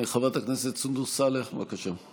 חברת הכנסת סונדוס סאלח, בבקשה.